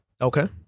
Okay